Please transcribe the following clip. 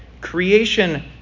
Creation